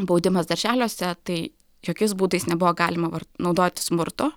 baudimas darželiuose tai jokiais būdais nebuvo galima naudoti smurto